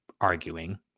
arguing